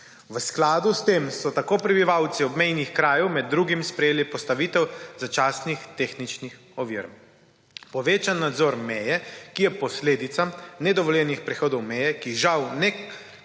V skladu s tem so tako prebivalci obmejnih krajev med drugim sprejeli postavitev začasnih tehničnih ovir. Povečan nadzor meje, ki je posledica nedovoljenih prehodov meje, ki žal ne